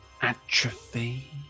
Atrophy